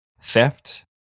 Theft